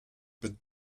but